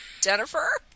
Jennifer